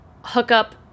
hookup